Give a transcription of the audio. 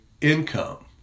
income